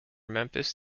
memphis